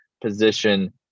position